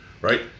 right